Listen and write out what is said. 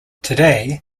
today